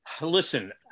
listen